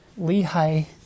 Lehi